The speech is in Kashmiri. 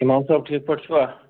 اِمام صٲب ٹھیٖک پٲٹھۍ چھِوا